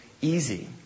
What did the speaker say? easy